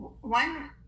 one